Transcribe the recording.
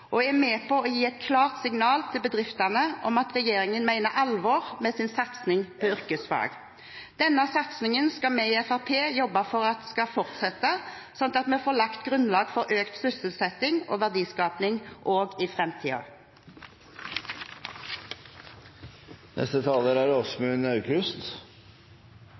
og er med på å gi et klart signal til bedriftene om at regjeringen mener alvor med sin satsing på yrkesfag. Denne satsingen skal vi i Fremskrittspartiet jobbe for at skal fortsette, slik at vi får lagt grunnlag for økt sysselsetting og verdiskaping også i